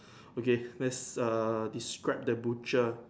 okay let's err describe the butcher